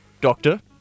Doctor